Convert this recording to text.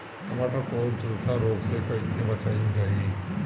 टमाटर को जुलसा रोग से कैसे बचाइल जाइ?